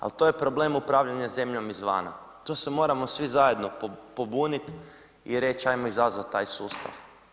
Ali to je problem upravljanja zemljom izvana, to se moramo svi zajedno pobuniti i reći, hajmo izazvati taj sustav.